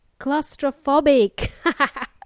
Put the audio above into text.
claustrophobic